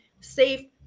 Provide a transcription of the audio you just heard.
safe